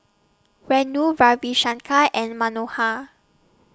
Renu Ravi Shankar and Manohar